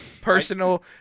personal